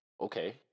Okay